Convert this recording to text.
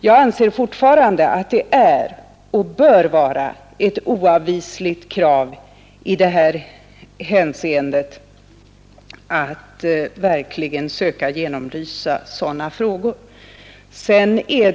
Jag anser fortfarande att det är och bör vara ett oavvisligt krav i detta hänseende att verkligen söka genomlysa sådana frågor.